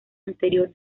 anterior